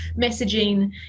messaging